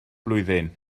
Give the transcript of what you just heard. blwyddyn